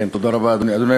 כן, תודה רבה, אדוני.